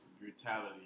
brutality